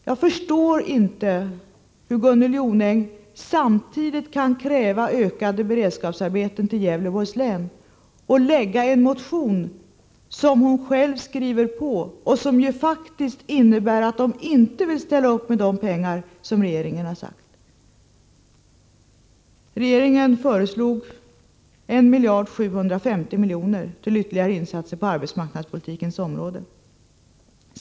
Jag förstår inte hur Gunnel Jonäng kan kräva ett ökat antal beredskapsarbeten till Gävleborgs län samtidigt som hon själv skriver under en motion som ju faktiskt innebär att centerpartiet inte vill ställa upp med de pengar regeringen är beredd att anslå. Regeringen föreslår 1 750 000 000 kr. till ytterligare insatser på arbetsmarknadspolitikens område.